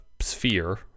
sphere